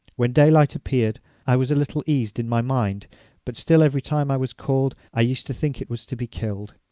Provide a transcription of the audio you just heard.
when daylight appeared i was a little eased in my mind but still every time i was called i used to think it was to be killed.